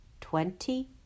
twenty